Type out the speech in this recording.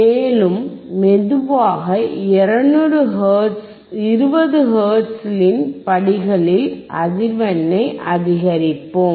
மேலும் மெதுவாக 20 ஹெர்ட்ஸின் படிகளில் அதிர்வெண்ணை அதிகரிப்போம்